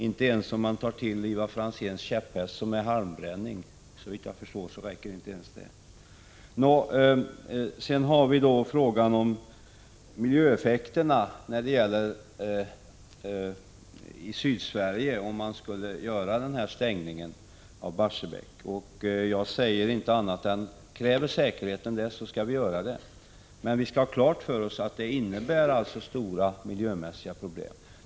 Såvitt jag förstår går det inte ens om man tar till Ivar Franzéns käpphäst halmbränning. Beträffande miljöeffekterna i Sydsverige vid en avstängning av Barsebäck vill jag inte säga annat än att vi skall genomföra en sådan om säkerheten kräver det. Men vi skall ha klart för oss att det innebär stora miljömässiga problem.